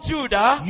Judah